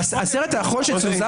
האחרון שצונזר